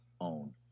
own